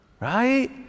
Right